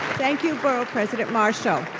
thank you, borough president marshall.